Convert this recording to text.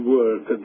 work